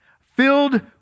Filled